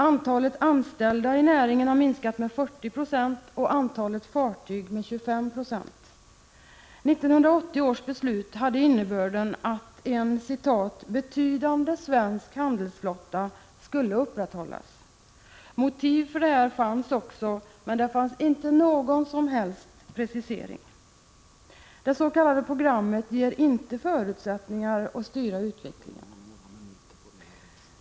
Antalet anställda i näringen har minskat med 40 96 och antalet fartyg med 25 90. 1980 års beslut hade innebörden att ”en betydande svensk handelsflotta” skulle upprätthållas. Motiv för det fanns också, men det fanns inte någon som helst precisering. Det s.k. programmet ger inte förutsättningar att styra utvecklingen.